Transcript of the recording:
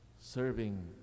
serving